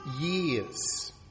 years